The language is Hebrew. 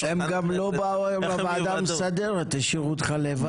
אני בהחלט אשקול.